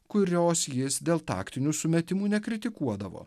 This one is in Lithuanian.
kurios jis dėl taktinių sumetimų nekritikuodavo